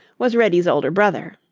was reddy's older brother.